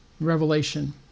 Revelation